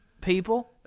people